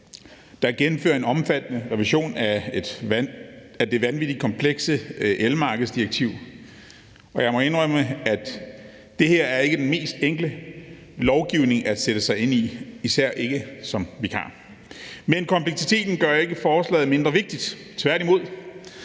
der gennemfører en omfattende revision af det vanvittig komplekse elmarkedsdirektiv, og jeg må indrømme, at det her ikke er den mest enkle lovgivning at sætte sig ind i, især ikke som vikar. Men kompleksiteten gør ikke forslaget mindre vigtigt, tværtimod.